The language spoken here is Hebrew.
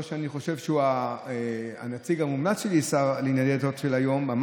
לא שאני חושב שהשר לענייני דתות של היום הוא הנציג המומלץ שלי,